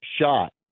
shot